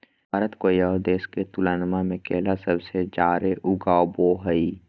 भारत कोय आउ देश के तुलनबा में केला सबसे जाड़े उगाबो हइ